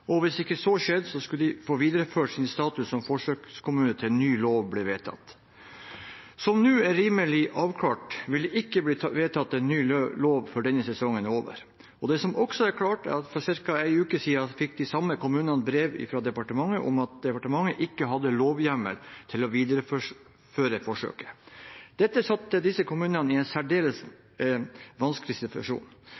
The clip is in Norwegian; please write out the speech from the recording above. og hvis ikke så skjedde, skulle de få videreført sin status som forsøkskommuner til en ny lov ble vedtatt. Som det nå er rimelig avklart, vil det ikke bli vedtatt en ny lov før denne sesongen er over. Det som også er klart, er at for ca. en uke siden fikk de samme kommunene brev fra departementet om at departementet ikke hadde lovhjemmel til å videreføre forsøket. Dette satte disse kommunene i en særdeles vanskelig situasjon.